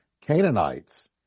Canaanites